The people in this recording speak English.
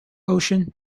ocean